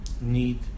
Need